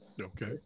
Okay